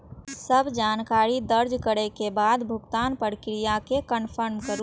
सब जानकारी दर्ज करै के बाद भुगतानक प्रक्रिया कें कंफर्म करू